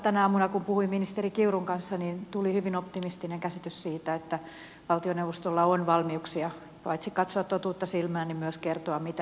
tänä aamuna kun puhuin ministeri kiurun kanssa niin tuli hyvin optimistinen käsitys siitä että valtioneuvostolla on valmiuksia paitsi katsoa totuutta silmään myös kertoa mitä nyt tapahtuu